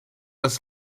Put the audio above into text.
das